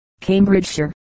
Cambridgeshire